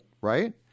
right